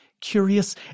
curious